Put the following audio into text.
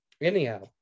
anyhow